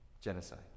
genocide